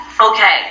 okay